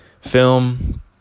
film